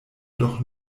doch